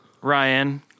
Ryan